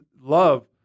love